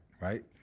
right